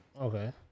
Okay